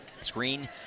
Screen